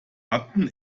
hatten